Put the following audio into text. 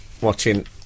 watching